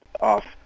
off